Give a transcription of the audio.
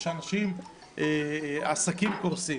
שהעסקים קורסים,